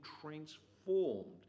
transformed